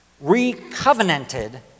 re-covenanted